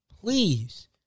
Please